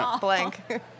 Blank